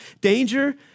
danger